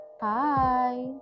Hi